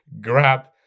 grab